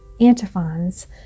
antiphons